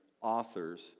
authors